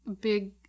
big –